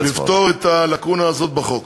לפתור את הלקונה הזאת בחוק.